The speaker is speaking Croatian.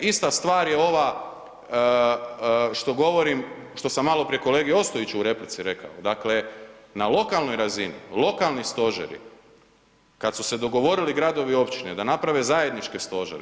Ista stvar je ova što govorim, što sam malo prije kolegi Ostojiću u replici rekao, dakle na lokalnoj razini, lokalni stožeri, kad su se dogovorili gradovi i općine da naprave zajedničke stožere.